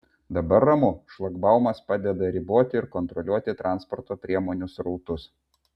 dabar ramu šlagbaumas padeda riboti ir kontroliuoti transporto priemonių srautus